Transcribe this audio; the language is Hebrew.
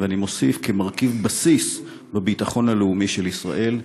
ואני מוסיף: כמרכיב בסיס בביטחון הלאומי של ישראל,